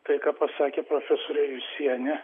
tai ką pasakė profesorė jusienė